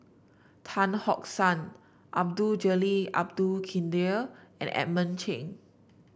Tan San Abdul Jalil Abdul Kadir and Edmund Cheng